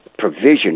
provision